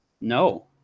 No